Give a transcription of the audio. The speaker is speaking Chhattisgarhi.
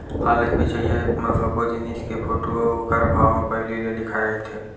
ऑनलाइन बेचइया ऐप म सब्बो जिनिस के फोटू अउ ओखर भाव ह पहिली ले लिखाए रहिथे